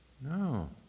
No